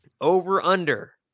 Over-under